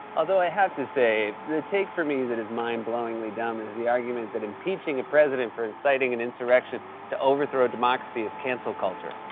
although, i have to say, the take for me that is mind-blowingly dumb is the argument that impeaching a president for inciting an insurrection to overthrow democracy is cancel culture.